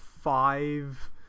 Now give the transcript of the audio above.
five